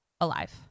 alive